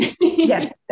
Yes